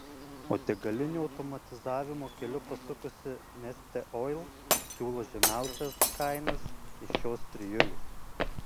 o degalinių automatizavimo keliu pasukusi neste oil siūlo žemiausias kainas iš šios trijulės